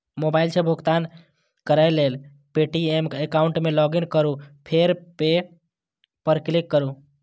mobile सं भुगतान करै लेल पे.टी.एम एकाउंट मे लॉगइन करू फेर पे पर क्लिक करू